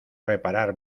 reparar